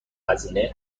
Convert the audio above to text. هزینه